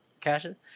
caches